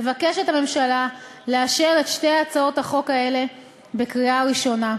מבקשת הממשלה לאשר את שתי הצעות החוק האלה בקריאה ראשונה.